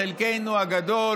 חלקנו הגדול,